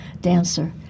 dancer